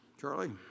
Charlie